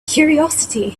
curiosity